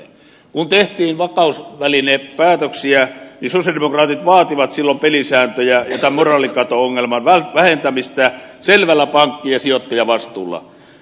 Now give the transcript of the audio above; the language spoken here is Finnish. kun tehtiin vakausvälinepäätöksiä niin sosialidemokraatit vaativat silloin pelisääntöjä ja moraalikato ongelman vähentämistä selvällä pankkien sijoittajavastuulla